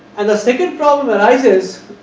and the second problem arises,